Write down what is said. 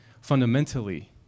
fundamentally